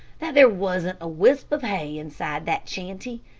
that there wasn't a wisp of hay inside that shanty,